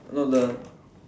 no the